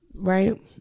Right